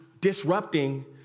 disrupting